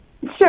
Sure